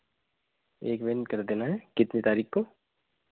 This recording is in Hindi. एक दिन कर देना है कितने तारीख को